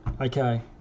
Okay